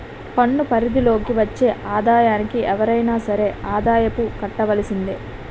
పన్ను పరిధి లోకి వచ్చే ఆదాయానికి ఎవరైనా సరే ఆదాయపు కట్టవలసిందే